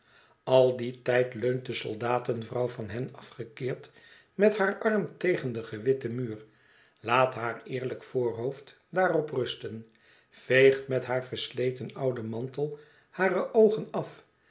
al dien tijd leunt de soldatenvrouw van hen afgekeerd met haar arm tegen den gewitten muur laat haar eerlyk voorhoofd daarop rusten veegt met haar versleten ouden mantel hare oogen af